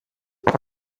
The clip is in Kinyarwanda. uwo